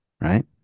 right